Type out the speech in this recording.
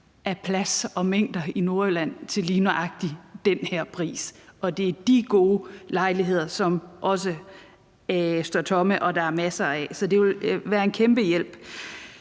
plads i Nordjylland til lige nøjagtig den her pris, og det er også de gode lejligheder, som står tomme, og som der er masser af. Så det vil jo være en kæmpe hjælp.